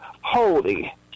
holy